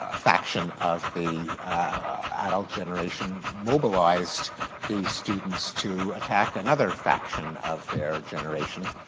ah faction of the adult generation mobilized the students to attack another faction of their generation.